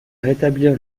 rétablir